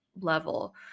level